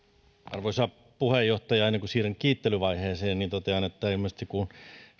arvoisa puheenjohtaja ennen kuin siirryn kiittelyvaiheeseen totean että kun